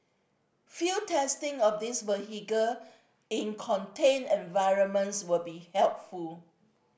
field testing of these vehicle in contained environments will be helpful